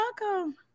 welcome